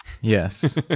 Yes